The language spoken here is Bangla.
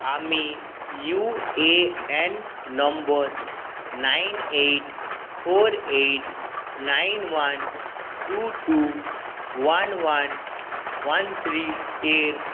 আমি U A N number nine eight four eight nine one two two one one one three এর